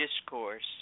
discourse